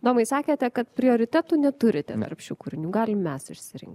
domai sakėte kad prioritetų neturite tarp šių kūrinių galim mes išsirinkt